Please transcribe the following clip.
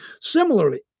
Similarly